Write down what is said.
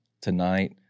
tonight